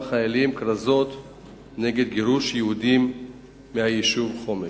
חיילים כרזות נגד גירוש יהודים מהיישוב חומש.